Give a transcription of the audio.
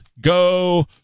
go